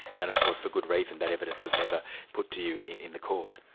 and of course, for good reason, that evidence was never put to you in the court.